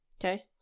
Okay